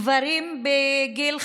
גברים בגיל 50,